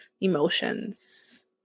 emotions